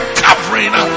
covering